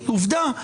עובדה.